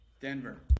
Denver